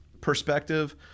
perspective